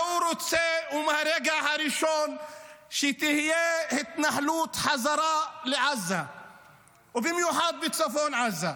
הוא רוצה מהרגע הראשון שתהיה התנחלות חזרה בעזה ובמיוחד בצפון עזה.